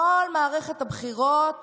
בכל מערכת הבחירות